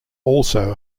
also